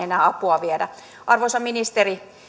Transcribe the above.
enää apua viedä arvoisa ministeri